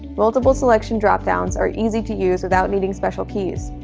multiple selection dropdowns are easy to use without needing special keys.